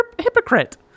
hypocrite